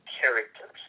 characters